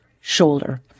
shoulder